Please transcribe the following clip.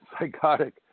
psychotic